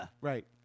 Right